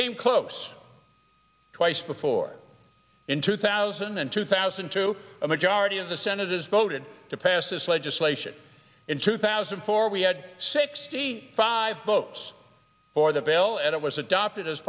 came close twice before in two thousand and two thousand to a majority of the senate has voted to pass this legislation in two thousand and four we had sixty five votes for the veil and it was adopted as